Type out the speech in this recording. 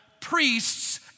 priests